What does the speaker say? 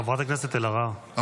חברת הכנסת אלהרר, די.